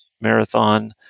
marathon